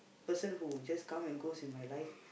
person who just come and goes in my life